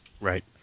Right